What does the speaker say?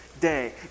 day